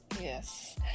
Yes